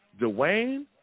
Dwayne